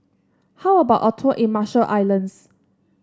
how about a tour in Marshall Islands